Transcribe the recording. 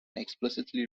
explicitly